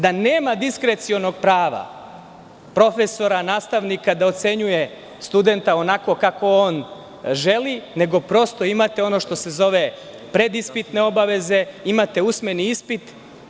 Da nema diskrecionog prava profesora, nastavnika da ocenjuje studenta onako kako on želi, nego prosto imate ono što se zove predispitne obaveze, imate usmeni ispit.